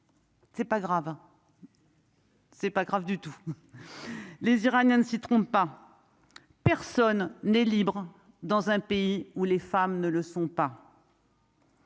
c'est pas grave, hein. C'est pas grave du tout, les Iraniens ne s'y trompe pas, personne n'est libre dans un pays où les femmes ne le sont pas.